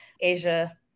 asia